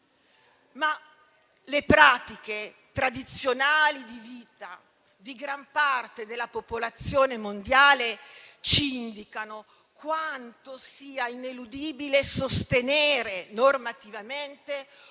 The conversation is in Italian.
mai. Le pratiche tradizionali di vita di gran parte della popolazione mondiale ci indicano quanto sia ineludibile sostenere normativamente